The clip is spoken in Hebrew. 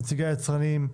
נציגי היצרנים,